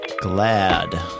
Glad